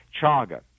Chaga